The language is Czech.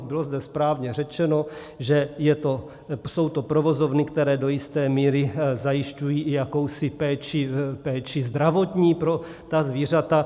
Bylo zde správně řečeno, že jsou to provozovny, které do jisté míry zajišťují i jakousi péči zdravotní pro ta zvířata.